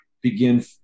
begin